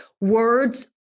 words